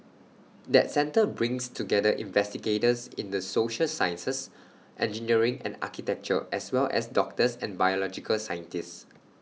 that centre brings together investigators in the social sciences engineering and architecture as well as doctors and biological scientists